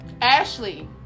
Ashley